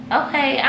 okay